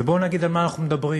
ובואו נגיד על מה אנחנו מדברים: